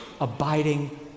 abiding